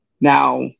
Now